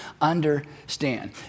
understand